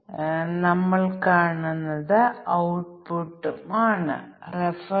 അതിനാൽ പ്രോഗ്രാം ഒരു ദിവസം നൽകിയ തീയതി കണക്കാക്കുന്നു